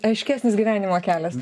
aiškesnis gyvenimo kelias